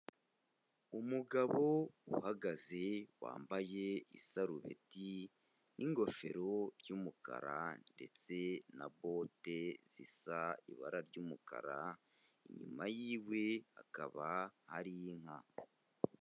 Umugabo uhagaze wambaye isarubeti n'ingofero by'umukara ndetse na bote zisa ibara ry'umukara, inyuma yiwe hakaba hari inka.